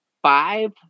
five